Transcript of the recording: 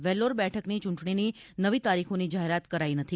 વેલ્લોર બેઠકની ચૂંટણીની નવી તારીખોની જાહેરાત કરાઇ નથી